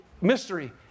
mystery